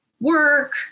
work